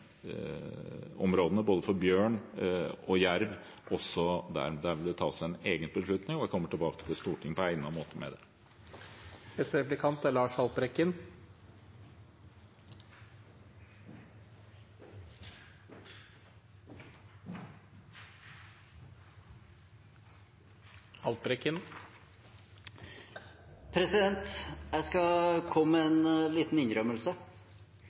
for både bjørn og jerv der. Der vil det tas en egen beslutning, og jeg kommer tilbake til Stortinget på egnet måte med det. Jeg skal komme med en liten innrømmelse.